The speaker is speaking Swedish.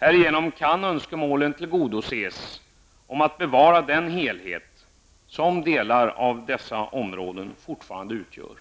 Härigenom kan önskemålen tillgodoses om att bevara den helhet som delar av dessa områden fortfarande utgör.